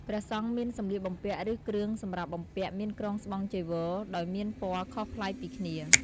ព្រះសង្ឃមានសម្លៀកបំពាក់ឬគ្រឿងសម្រាប់បំពាក់មានគ្រងស្បង់ចីវរដោយមានពណ៌ខុសប្លែកពីគ្នា។